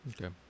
Okay